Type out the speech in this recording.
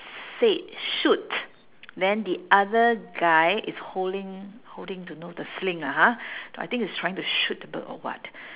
said shoot then the other guy is holding holding don't know the sling ah ha I think he's trying to shoot the bird or what